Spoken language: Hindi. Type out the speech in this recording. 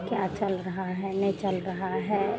क्या चल रहा है नहीं चल रहा है